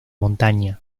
montaña